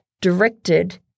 directed